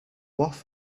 off